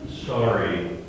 Sorry